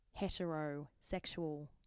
heterosexual